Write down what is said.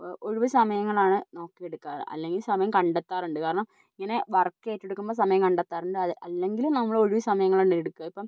ഒഴിവു സമയങ്ങളാണ് നോക്കിയെടുക്കാറ് അല്ലെങ്കിൽ സമയം കണ്ടെത്താറുണ്ട് കാരണം ഇങ്ങനെ വർക്ക് ഏറ്റെടുക്കുമ്പം സമയം കണ്ടെത്താറുണ്ട് അല്ലെങ്കിലും നമ്മൾ ഒഴിവ് സമയങ്ങളാണ് എടുക്കുക ഇപ്പം